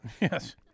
Yes